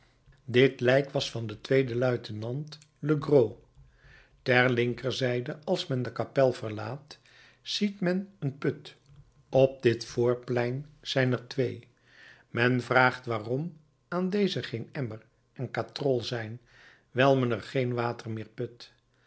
dit lijk was van den tweeden luitenant legros ter linkerzijde als men de kapel verlaat ziet men een put op dit voorplein zijn er twee men vraagt waarom aan dezen geen emmer en katrol zijn wijl men er geen water meer put